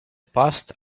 past